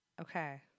Okay